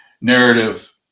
narrative